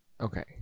Okay